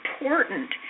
important